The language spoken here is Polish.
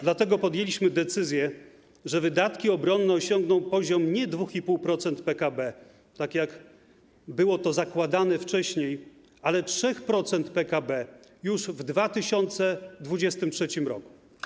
Dlatego podjęliśmy decyzję, że wydatki obronne osiągną poziom nie 2,5% PKB, tak jak było to zakładane wcześniej, ale 3% PKB już w 2023 r.